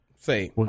say